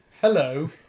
hello